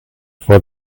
for